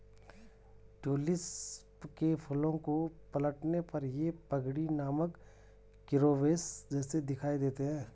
tulip के फूलों को पलटने पर ये पगड़ी नामक शिरोवेश जैसे दिखाई देते हैं